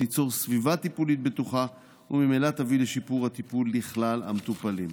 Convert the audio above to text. תיצור סביבה טיפולית בטוחה וממילא תביא לשיפור הטיפול בכלל המטופלים.